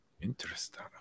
Interesting